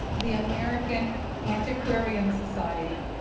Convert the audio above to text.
the american antiquarian society,